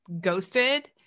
ghosted